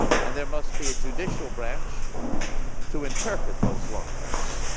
and there must be a judicial branch to interpret those laws.